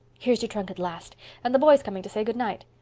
here's your trunk at last and the boys coming to say good night.